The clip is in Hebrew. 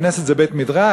הכנסת זה בית-מדרש?